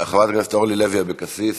חברת הכנסת אורלי לוי אבקסיס,